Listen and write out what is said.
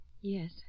Yes